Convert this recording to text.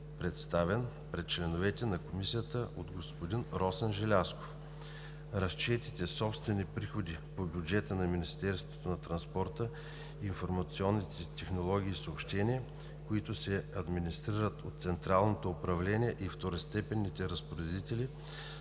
представен пред членовете на Комисията от господин Росен Желязков. Разчетените собствени приходи по бюджета на Министерството на транспорта, информационните технологии и съобщенията, които се администрират от Централно управление и второстепенните разпоредители,